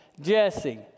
Jesse